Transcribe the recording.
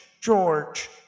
George